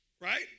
Right